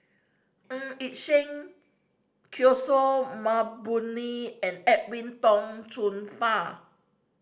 Ng Yi Sheng Kishore Mahbubani and Edwin Tong Chun Fai